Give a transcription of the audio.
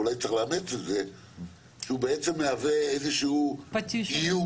ואולי צריך לאמץ את זה שהוא בעצם מהווה איזשהו איום.